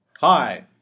Hi